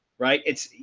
right, it's,